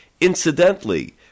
Incidentally